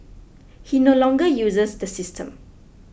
he no longer uses the system